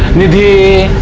nidhi.